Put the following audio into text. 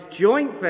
joint